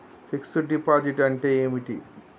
Fix డ్ deposit అంటే ఏమిటి?